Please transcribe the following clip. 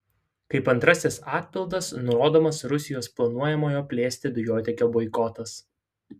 kaip antrasis atpildas nurodomas rusijos planuojamo plėsti dujotiekio boikotas